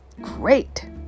great